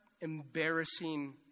embarrassing